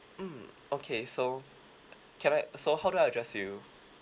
mm okay so can I so how do I address you